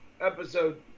episode